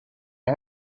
mon